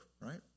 right